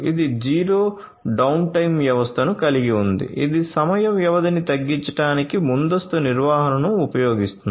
ఇది zero downtime వ్యవస్థను కలిగి ఉంది ఇది సమయ వ్యవధిని తగ్గించడానికి ముందస్తు నిర్వహణను ఉపయోగిస్తుంది